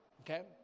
Okay